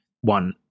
one